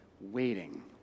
waiting